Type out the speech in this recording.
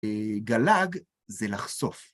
גלג זה לחשוף.